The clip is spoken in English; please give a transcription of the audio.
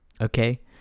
okay